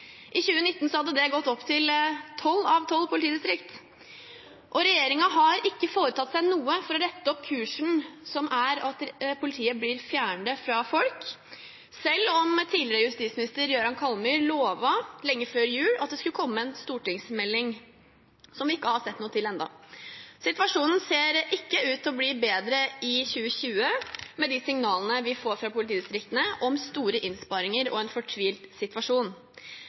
I 2019 hadde det gått opp til tolv av tolv politidistrikt. Regjeringen har ikke foretatt seg noe for å rette opp kursen, som er at politiet blir fjernere fra folk, selv om tidligere justisminister Jøran Kallmyr lenge før jul lovet at det skulle komme en stortingsmelding. Den har vi ikke sett noe til ennå. Situasjonen ser ikke ut til å bli bedre i 2020, med de signalene vi får fra politidistriktene om store innsparinger og en fortvilet situasjon.